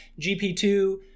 gp2